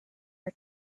are